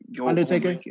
Undertaker